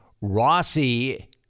Rossi